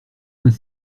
vingt